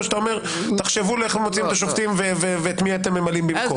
או שאתה אומר: תחשבו איך מוציאים את השופטים ואת מי אתם ממלאים במקום?